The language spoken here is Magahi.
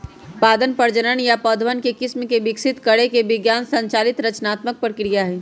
पादप प्रजनन नया पौधवन के किस्म के विकसित करे के विज्ञान संचालित रचनात्मक प्रक्रिया हई